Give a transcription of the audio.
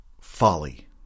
folly